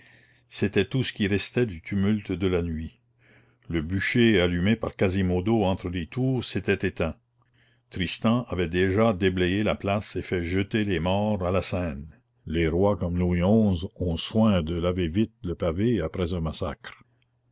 c'était tout ce qui restait du tumulte de la nuit le bûcher allumé par quasimodo entre les tours s'était éteint tristan avait déjà déblayé la place et fait jeter les morts à la seine les rois comme louis xi ont soin de laver vite le pavé après un massacre